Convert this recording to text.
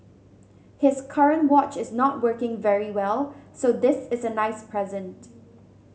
his current watch is not working very well so this is a nice present